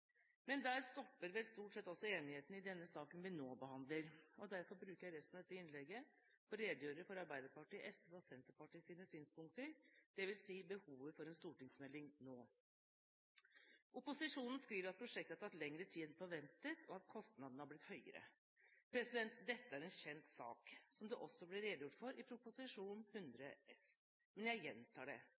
men der stopper vel stort sett enigheten i denne saken vi nå behandler. Derfor bruker jeg resten av dette innlegget til å redegjøre for Arbeiderpartiet, SV og Senterpartiets synspunkter, dvs. behovet for en stortingsmelding nå. Opposisjonen skriver at prosjektet har tatt lengre tid enn forventet, og at kostnadene har blitt høyere. Dette er en kjent sak, som det også ble redegjort for i Prop. 100 S for 2010–2011, men jeg gjentar det: